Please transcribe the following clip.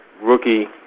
rookie